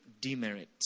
demerit